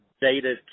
data